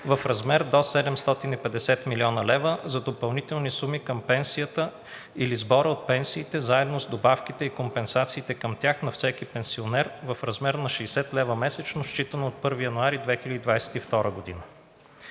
в размер до 750 млн. лв. за допълнителни суми към пенсията или сбора от пенсиите заедно с добавките и компенсациите към тях на всеки пенсионер в размер на 60 лв. месечно, считано от 1 януари 2022 г.